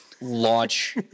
launch